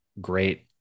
great